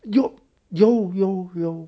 有有有有